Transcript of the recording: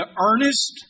earnest